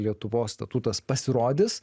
lietuvos statutas pasirodys